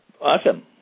Awesome